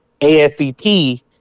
ASCP